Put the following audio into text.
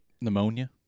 Pneumonia